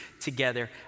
together